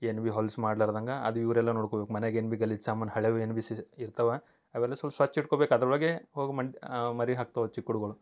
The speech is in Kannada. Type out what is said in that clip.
ಏನ್ ಬಿ ಹೊಲಸು ಮಾಡ್ಲಾರ್ದಂಗ ಅದು ಇವರೆಲ್ಲ ನೋಡ್ಕೊಬೇಕು ಮನೆಗ ಏನು ಬಿ ಗಲೀಜು ಸಾಮಾನು ಹಳೆವು ಏನು ಬಿ ಸಿ ಇರ್ತಾವ ಅವೆಲ್ಲ ಸೊಲ್ಪ ಸ್ವಚ್ಛ ಇಟ್ಕೊಬೇಕು ಅದ್ರೊಳಗೆ ಹೋಗಿ ಮಡ್ ಮರಿ ಹಾಕ್ತಾವು ಚಿಕ್ಕುಳುಗಳು